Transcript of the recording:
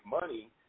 money